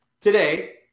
Today